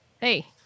hey